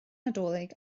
nadolig